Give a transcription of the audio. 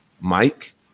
Mike